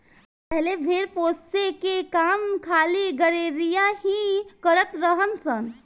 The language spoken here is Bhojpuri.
पहिले भेड़ पोसे के काम खाली गरेड़िया ही करत रलन सन